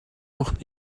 noch